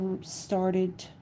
started